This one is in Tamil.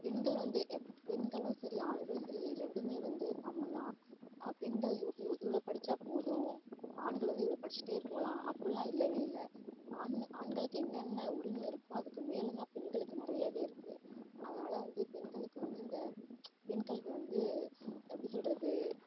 பெண்கள் வந்து எப் பெண்களும் சரி ஆண்களும் சரி ரெண்டுமே வந்து சமம்தான் பெண்கள் இவ் இவ் இவ்வளோ படித்தா போதும் ஆண்கள் வந்து இவ்வளோ படிச்சுட்டே போகலாம் அப்படிலாம் இல்லவே இல்லை ஆண் ஆண்களுக்கு என்னென்ன உரிமை இருக்கோ அதுக்கு மேல் தான் பெண்களுக்கு நிறையாவே இருக்குது அதனால வந்து பெண்களுக்கு வந்து இந்த பெண்கல்வி வந்து எப்படி சொல்வது